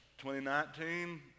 2019